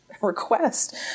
request